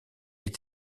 est